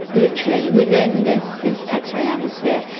literally, within this this x-ray atmosphere.